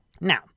Now